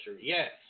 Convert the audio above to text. Yes